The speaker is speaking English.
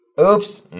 Oops